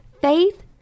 Faith